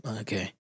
Okay